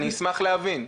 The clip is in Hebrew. אני אשמח להבין.